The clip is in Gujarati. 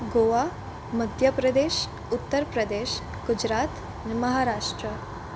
ગોવા મધ્યપ્રદેશ ઉત્તરપ્રદેશ ગુજરાત મહારાષ્ટ્ર